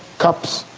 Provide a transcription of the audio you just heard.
cups,